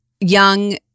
young